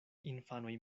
infanoj